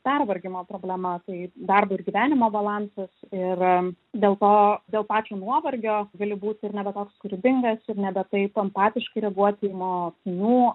pervargimo problema tai darbo ir gyvenimo balansas ir dėl to dėl pačio nuovargio gali būti ir nebe toks kūrybingas ir nebe taip empatiškai reaguoti į mokinių